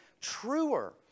truer